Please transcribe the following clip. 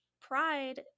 pride